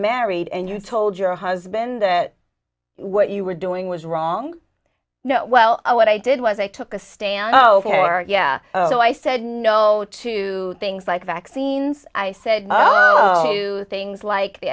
married and you told your husband that what you were doing was wrong no well what i did was i took a stand oh yeah so i said no to things like vaccines i said oh do things like the